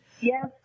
Yes